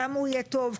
כמה הוא יהיה טוב,